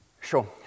sure